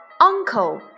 Uncle